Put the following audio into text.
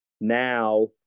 now